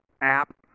app